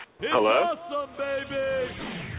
Hello